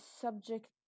subject